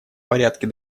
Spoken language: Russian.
порядке